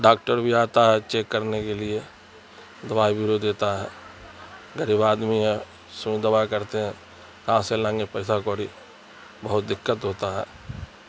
doctor بھی آتا ہے چیک کرنے کے لیے دوائی بیرو دیتا ہے غریب آدمی ہے سوئی دوا کرتے ہیں کہاں سے لائیں گے پیسہ کوڑی بہت دقت ہوتا ہے